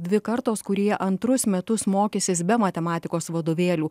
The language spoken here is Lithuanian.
dvi kartos kurie antrus metus mokysis be matematikos vadovėlių